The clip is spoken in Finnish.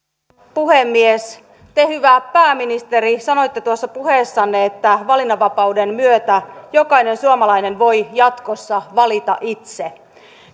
puhemies te hyvä pääministeri sanoitte tuossa puheessanne että valinnanvapauden myötä jokainen suomalainen voi jatkossa valita itse